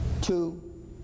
Two